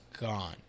gone